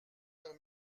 leurs